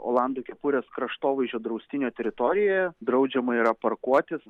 olando kepurės kraštovaizdžio draustinio teritorijoje draudžiama yra parkuotis